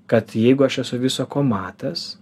kad jeigu aš esu viso ko matas